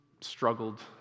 struggled